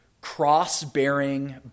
cross-bearing